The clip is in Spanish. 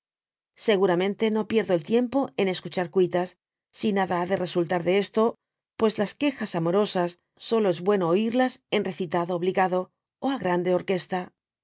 seguramente no pierdo el tiempo en escuchar cuitas si nada ha de resultar de esto pues las quejas amorosas solo es bueno oirías en recitado obligado ó á grande orquesta